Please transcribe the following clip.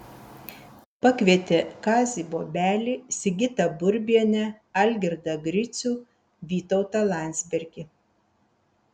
pakvietė kazį bobelį sigitą burbienę algirdą gricių vytautą landsbergį